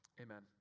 amen